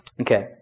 Okay